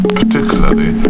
particularly